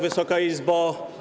Wysoka Izbo!